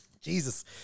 Jesus